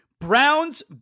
Browns